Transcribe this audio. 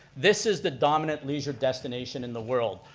this is the dominant leisure destination in the world.